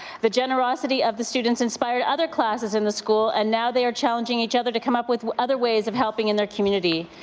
the generosity of the students inspired other classes in the school and now challenging each other to come up with other ways of helping in their community.